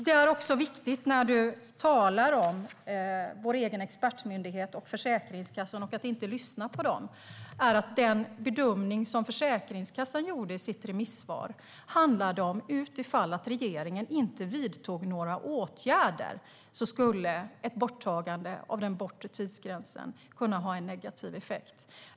När man talar om att vi inte lyssnade på vår egen expertmyndighet Försäkringskassan är det viktigt att komma ihåg att den bedömning som Försäkringskassan gjorde i sitt remissvar handlade om att utifall regeringen inte vidtog några åtgärder skulle ett borttagande av den bortre tidsgränsen kunna ha en negativ effekt.